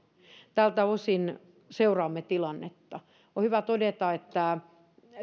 tältä osin seuraamme tilannetta on hyvä todeta että